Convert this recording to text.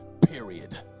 period